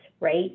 right